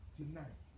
tonight